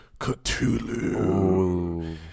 Cthulhu